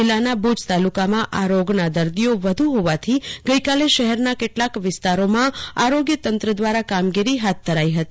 જિલ્લાના ભુજ તાલુકામાં આ રોગના દર્દીઓ વધુ હોવાથી ગઈકાલે શહેરના કેટલાક વિસ્તારોમાં આરોગ્ય તંત્ર દ્વારા કામગીરી કરાઈ હતી